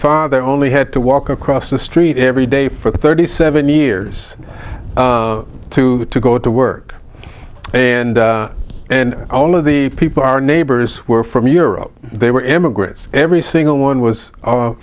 father only had to walk across the street every day for thirty seven years to get to go to work and and all of the people our neighbors were from europe they were immigrants every single one was